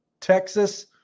Texas